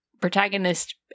protagonist